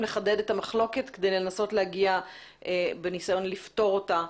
לחדד את המחלוקת כדי לנסות לפתור אותה.